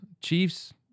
Chiefs